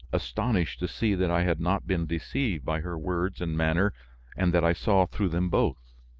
astonished to see that i had not been deceived by her words and manner and that i saw through them both.